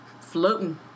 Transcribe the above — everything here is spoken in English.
floating